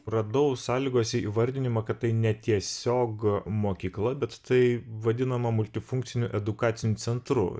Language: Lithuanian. radau sąlygose įvardinimą kad tai ne tiesiog mokykla bet tai vadinama multifunkciniu edukaciniu centru